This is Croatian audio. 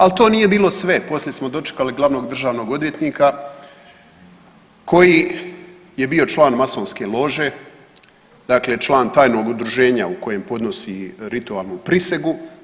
Ali to nije bilo sve, poslije smo dočekali glavnog državnog odvjetnika koji je bio član masonske lože, dakle član tajnog udruženja u kojem podnosi ritualnu prisegu.